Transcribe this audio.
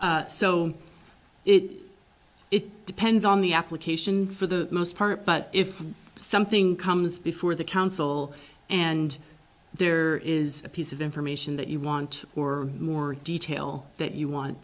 so it it depends on the application for the most part but if something comes before the council and there is a piece of information that you want or more detail that you want